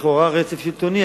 לכאורה רצף שלטוני.